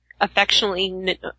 affectionately